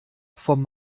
vom